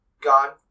gone